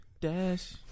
Dash